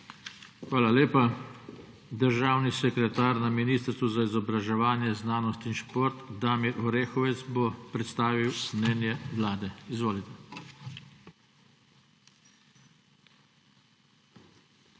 Hvala lepa. Državni sekretar na Ministrstvu za izobraževanje, znanost in šport, Damir Orehovec bo predstavil mnenje Vlade. Izvolite.